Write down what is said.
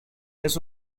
this